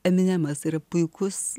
eminemas yra puikus